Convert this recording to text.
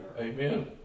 amen